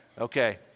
okay